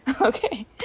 okay